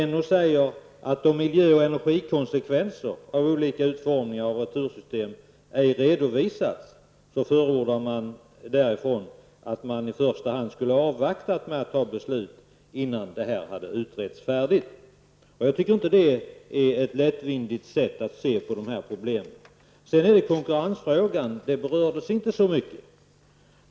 NO säger att miljö och energikonsekvenser av olika utformningar av retursystem ej redovisats, och förordar därför att vi skall vänta med att fatta beslut tills detta har utretts färdigt. Jag tycker inte att det är ett lättvindigt sätt att se på de här problemen. Konkurrensfrågan berördes inte så mycket.